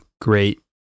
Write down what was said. great